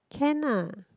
can lah